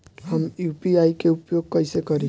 हम यू.पी.आई के उपयोग कइसे करी?